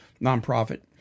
nonprofit